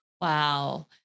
Wow